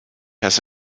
has